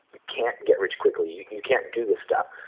can't get rich quickly, you can't do this stuff,